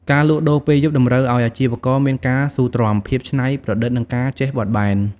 ការលក់ដូរពេលយប់តម្រូវឱ្យអាជីវករមានការស៊ូទ្រាំ ភាពច្នៃប្រឌិត និងការចេះបត់បែន។